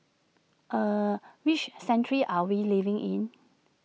er which century are we living in